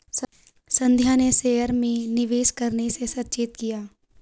संध्या ने शेयर में निवेश करने से सचेत किया